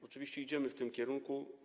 Oczywiście idziemy w tym kierunku.